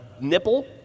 nipple